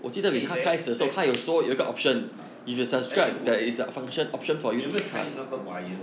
eh the~ then~ ah actually 我你有没有 try 那个 wire